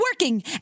working